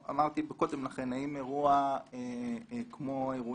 אמרתי קודם לכן שלגבי השאלה האם אירוע כמו האירועים